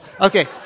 okay